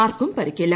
ആർക്കും പരിക്കില്ല